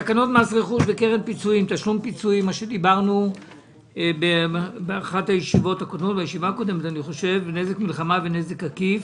תקנות מס רכוש וקרן פיצויים (תשלום פיצויים) (נזק מלחמה ונזק עקיף)